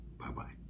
Bye-bye